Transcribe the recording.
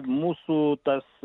mūsų tas